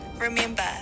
Remember